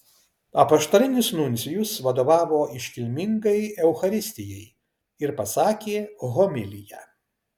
apaštalinis nuncijus vadovavo iškilmingai eucharistijai ir pasakė homiliją